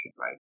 right